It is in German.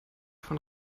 von